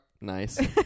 nice